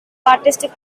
artistic